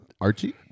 Archie